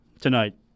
tonight